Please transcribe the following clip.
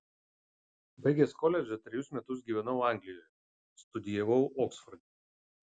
baigęs koledžą trejus metus gyvenau anglijoje studijavau oksforde